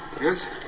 Yes